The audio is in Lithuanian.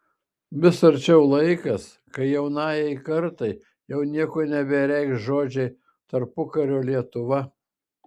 vis arčiau laikas kai jaunajai kartai jau nieko nebereikš žodžiai tarpukario lietuva